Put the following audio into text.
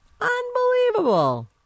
Unbelievable